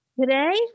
Today